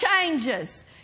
changes